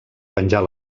penjar